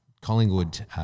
Collingwood